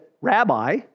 Rabbi